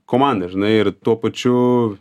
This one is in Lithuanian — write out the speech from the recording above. komanda žinai ir tuo pačiu